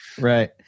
right